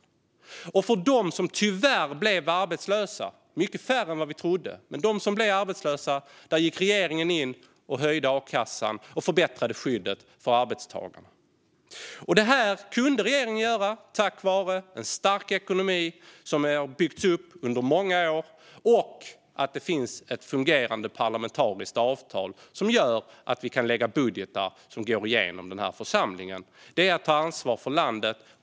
När det gäller dem som tyvärr blev arbetslösa, vilket är många färre än vi trodde, gick regeringen in och höjde a-kassan och förbättrade skyddet för arbetstagarna. Detta kunde regeringen göra tack vare en stark ekonomi som har byggts upp under många år och tack vare att det finns ett fungerande parlamentariskt avtal som gör att vi kan lägga fram budgetar som går igenom i den här församlingen. Det är att ta ansvar för landet.